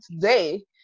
today